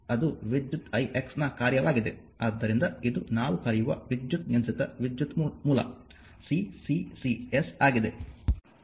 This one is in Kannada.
ಆದ್ದರಿಂದ ಇದು ನಾವು ಕರೆಯುವ ವಿದ್ಯುತ್ ನಿಯಂತ್ರಿತ ವಿದ್ಯುತ್ ಮೂಲ CCCS ಆಗಿದೆ